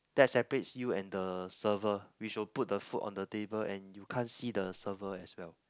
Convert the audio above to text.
that separates you and the server which will put the food on the table and you can't see the server as well